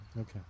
Okay